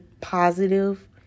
positive